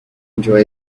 enjoy